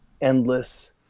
endless